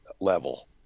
level